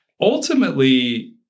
Ultimately